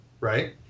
right